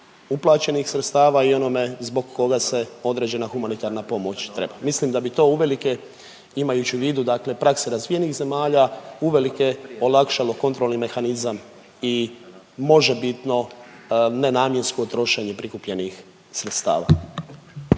uplaćenih sredstava i onome zbog koga se određena humanitarna pomoć treba. Mislim da bi to uvelike imajući u vidu prakse razvijenih zemalja uvelike olakšalo kontroli mehanizam i možebitno nenamjensko trošenje prikupljenih sredstava.